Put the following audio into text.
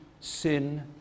sin